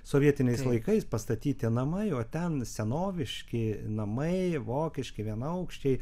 sovietiniais laikais pastatyti namai o ten senoviški namai vokiški vienaaukščiai